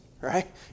right